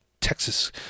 Texas